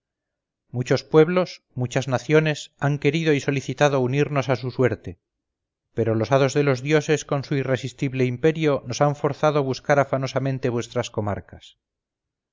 muchos pueblos muchas naciones han querido y solicitado unirnos a su suerte pero los hados de los dioses con su irresistible imperio nos han forzado a buscar afanosamente vuestras comarcas